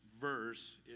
verse